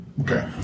Okay